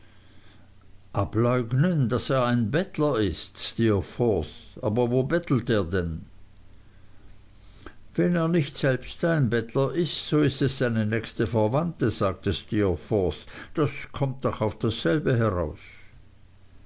ableugnen daß er ein bettler ist steerforth aber wo bettelt er denn wenn er nicht selbst ein bettler ist so ist es seine nächste verwandte sagte steerforth das kommt doch auf dasselbe heraus